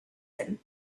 him